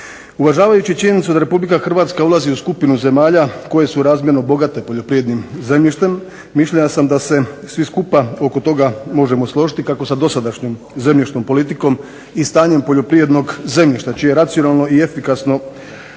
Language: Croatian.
Uvažavajući činjenicu da Republika Hrvatska ulazi u skupinu zemalja koje su razmjerno bogate poljoprivrednim zemljištem mišljenja sam da se svi skupa oko toga možemo složiti, kako sa dosadašnjom zemljišnom politikom i stanjem poljoprivrednog zemljišta čije racionalno i efikasno